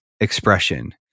expression